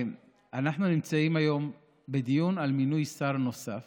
אנחנו נמצאים היום בדיון על מינוי שר נוסף